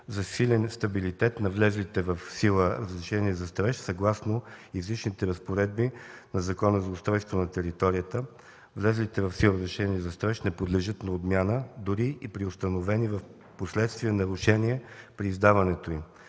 засилен стабилитет на влезлите в сила разрешения за строеж. Съгласно изричните разпоредби на Закона за устройство на територията влезлите в сила разрешения за строеж не подлежат на отмяна, дори и при установени впоследствие нарушения при издаването им.